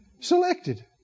selected